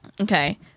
Okay